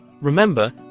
Remember